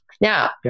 Now